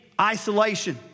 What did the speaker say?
isolation